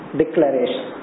declaration